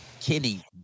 Kenny